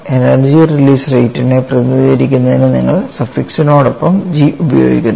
energy release റേറ്റിനെ പ്രതിനിധീകരിക്കുന്നതിന് നിങ്ങൾ സഫിക്സിനൊപ്പം G ഉപയോഗിക്കുന്നു